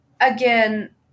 again